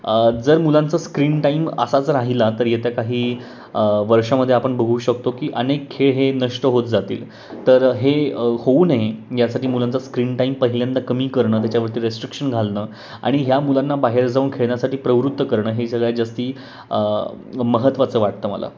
जर मुलांचा screen time असाच राहिला तर येत्या काही वर्षामध्ये आपण बघू शकतो की अनेक खेळ हे नष्ट होत जातील तर हे होऊ नये यासाठी मुलांचा स्क्रीन टाईम पहिल्यांदा कमी करणं त्याच्यावरती रेस्ट्रिक्शन घालणं आणि ह्या मुलांना बाहेर जाऊन खेळण्यासाठी प्रवृत्त करणं हे सगळ्यात जास्त महत्त्वाचं वाटतं मला